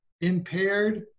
impaired